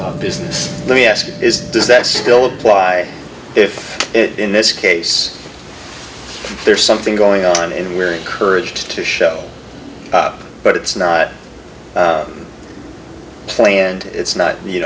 business let me ask is does that still apply if it in this case there's something going on and we're encouraged to show up but it's not planned it's not you